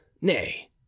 nay